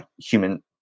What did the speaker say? human